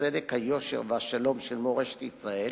הצדק, היושר והשלום של מורשת ישראל",